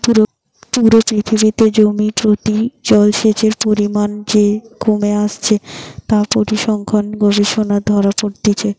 পুরো পৃথিবীতে জমি প্রতি জলসেচের পরিমাণ যে কমে আসছে তা সেচ পরিসংখ্যান গবেষণাতে ধোরা পড়ছে